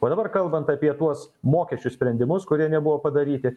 o dabar kalbant apie tuos mokesčių sprendimus kurie nebuvo padaryti